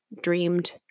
dreamed